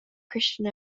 christian